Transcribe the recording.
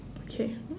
okay